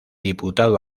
diputado